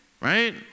Right